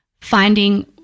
finding